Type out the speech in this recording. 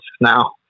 now